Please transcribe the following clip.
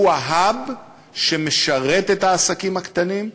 שהוא ה-hub שמשרת את העסקים הקטנים,